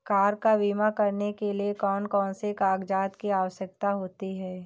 Car का बीमा करने के लिए कौन कौन से कागजात की आवश्यकता होती है?